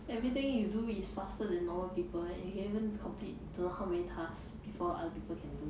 everything you do is faster than normal people and you can even complete don't know how many task before other people can do